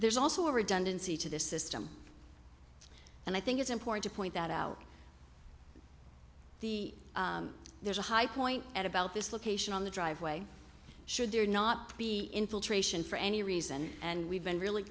there's also a redundancy to this system and i think it's important to point that out the there's a high point at about this location on the driveway should there not be infiltration for any reason and we've been really